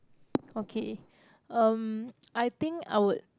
okay um I think I would